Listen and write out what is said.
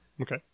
Okay